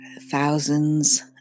thousands